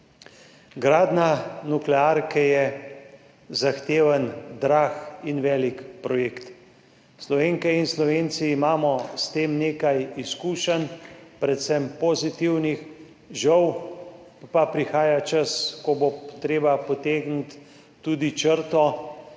Gradnja nuklearke je zahteven, drag in velik projekt. Slovenke in Slovenci imamo s tem nekaj izkušenj, predvsem pozitivnih, žal pa prihaja čas, ko bo treba potegniti tudi črto